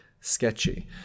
sketchy